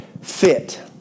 fit